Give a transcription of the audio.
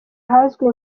ahazwi